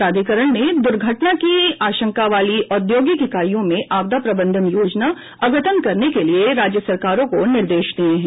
प्राधिकरण ने दुर्घटना की आंशका वाली औद्योगिक इकाइयों में आपदा प्रबंधन योजना अद्यतन करने के लिए राज्य सरकारों को निर्देश दिये हैं